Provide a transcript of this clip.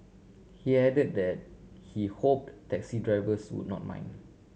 he added that he hoped taxi drivers would not mind